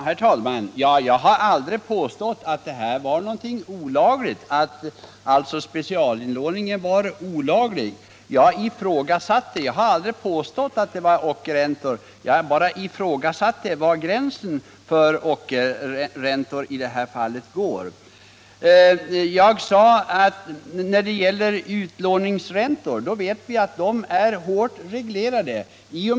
Herr talman! Jag har aldrig påstått att specialinlåningen är olaglig. Jag har aldrig påstått att det var ockerräntor — jag bara ifrågasatte var gränsen för ockerräntor går. Vi vet att utlåningsräntan är hårt reglerad.